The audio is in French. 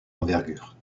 envergure